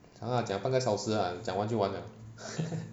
!hanna! 讲半个小时 ah 讲完就完 liao